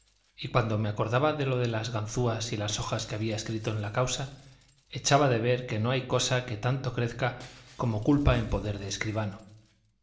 y cuando me acordaba de lo de las ganzúas y las hojas que había escrito en la causa echaba de ver que no hay cosa que tanto crezca como culpa en poder de escribano